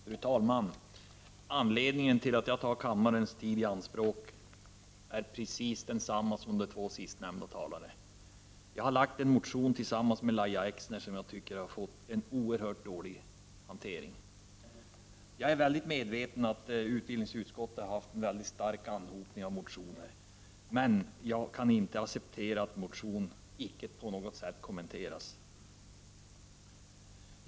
Fru talman! Anledningen till att jag tar kammarens tid i anspråk är densamma som anledningen till de två föregående talarnas anföranden. Jag har tillsammans med Lahja Exner väckt en motion som jag tycker har fått en oerhört dålig hantering. Jag är medveten om att utbildningsutskottet haft en stor anhopning av motioner att behandla, men jag kan inte acceptera att motionen icke på något sätt kommenteras.